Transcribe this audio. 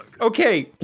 Okay